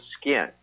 skin